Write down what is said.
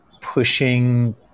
pushing –